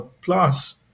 plus